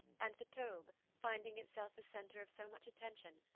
and the taube, finding itself the centre of so much attention,